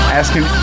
asking